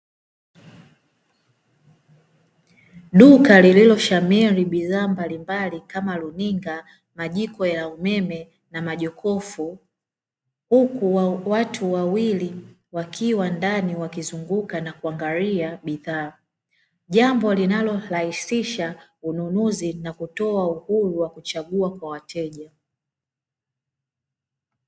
Duka lililoshamiri bidhaa mbalimbali, kama; runinga, majiko ya umeme na majokofu, huku watu wawili wakiwa ndani wakizunguka na kuangalia bidhaa, jambo linalorahisisha ununuzi na kutoa uhuru kwa wateja.